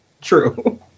True